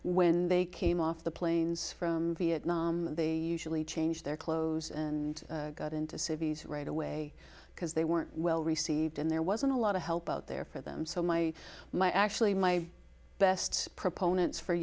when they came off the planes from vietnam really changed their clothes and got into civies right away because they weren't well received and there wasn't a lot of help out there for them so my my actually my best proponents for